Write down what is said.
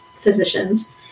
physicians